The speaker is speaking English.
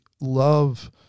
love